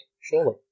Surely